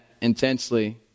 intensely